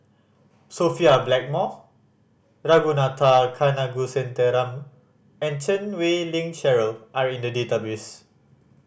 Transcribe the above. Sophia Blackmore Ragunathar Kanagasuntheram and Chan Wei Ling Cheryl are in the database